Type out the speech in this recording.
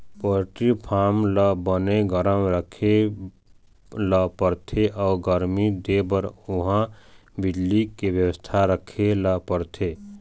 poultry farm ल बने गरम राखे ल परथे अउ गरमी देबर उहां बिजली के बेवस्था राखे ल परथे